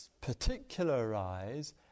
particularize